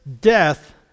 death